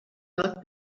not